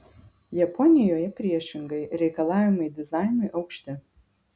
japonijoje priešingai reikalavimai dizainui aukšti